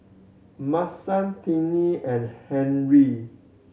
Mason Tinie and Henri